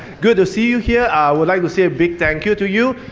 good to see you here, i would like to say a big thank you to you,